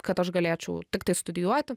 kad aš galėčiau tiktai studijuoti